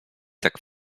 tak